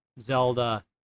Zelda